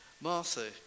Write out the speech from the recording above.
Martha